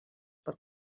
per